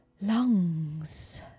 Lungs